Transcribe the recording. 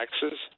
taxes